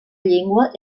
llengua